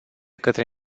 către